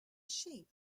sheep